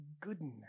goodness